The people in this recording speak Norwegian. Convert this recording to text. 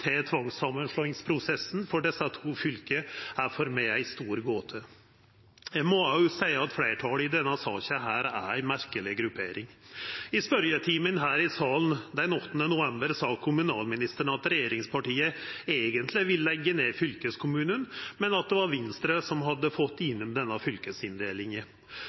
om tvangssamanslåingsprosessen for desse to fylka, er for meg ei stor gåte. Eg må også seia at fleirtalet i denne saka er ei merkeleg gruppering. I spørjetimen her i salen den 8. november sa kommunalministeren at regjeringspartia eigentleg vil leggja ned fylkeskommunen, men at det var Venstre som hadde fått gjennom denne fylkesinndelinga.